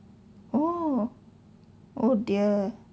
oh oh dear